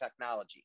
technology